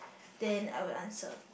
then I will answer